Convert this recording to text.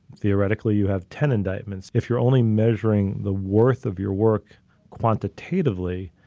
theoretically, you have ten indictments, if you're only measuring the worth of your work quantitatively,